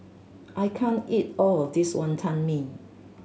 I can't eat all of this Wonton Mee